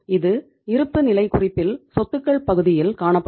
இது இருப்புநிலை குறிப்பில் சொத்துக்கள் பகுதியில் காணப்படும்